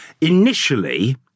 Initially